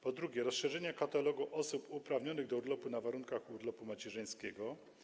Po drugie, rozszerzenia katalogu osób uprawnionych do urlopu na warunkach urlopu macierzyńskiego.